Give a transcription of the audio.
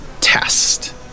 test